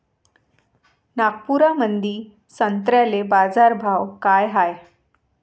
नागपुरामंदी संत्र्याले बाजारभाव काय हाय?